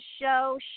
show